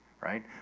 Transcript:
right